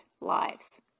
lives